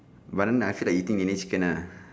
but then I don't feel like eating any chicken lah